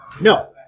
No